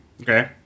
Okay